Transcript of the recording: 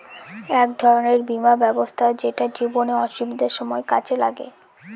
এক ধরনের বীমা ব্যবস্থা যেটা জীবনে অসুবিধার সময় কাজে লাগে